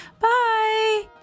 Bye